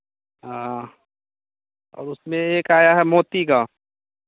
हँ अब उसमें एक आया है मोती का